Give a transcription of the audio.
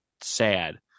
sad